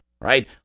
right